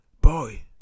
boy